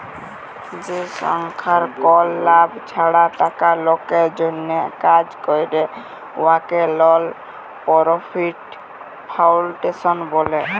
যে সংস্থার কল লাভ ছাড়া টাকা লকের জ্যনহে কাজ ক্যরে উয়াকে লল পরফিট ফাউল্ডেশল ব্যলে